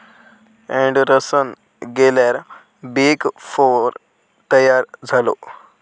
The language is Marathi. एंडरसन गेल्यार बिग फोर तयार झालो